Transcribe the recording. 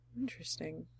Interesting